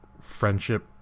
friendship